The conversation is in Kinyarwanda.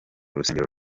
rusengero